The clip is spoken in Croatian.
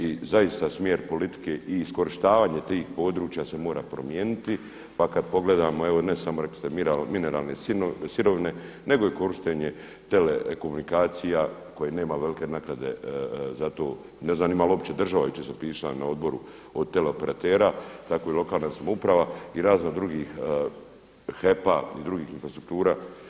I zaista smjer politike i iskorištavanje tih područja se mora promijeniti pa kad pogledamo evo ne samo rekli ste mineralne sirovine, nego i korištenje telekomunikacija koji nema velike naknade za to, ne znam ima li opće država, jučer smo pričali na odboru o teleoperatera tako i lokalna samouprava i raznih drugih HEP-a i drugih infrastruktura.